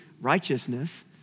righteousness